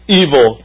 evil